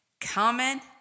comment